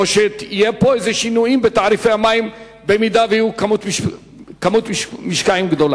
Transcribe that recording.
או שיהיו פה שינויים בתעריפי המים במידה שתהיה כמות משקעים גדולה?